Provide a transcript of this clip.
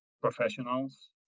professionals